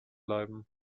bleiben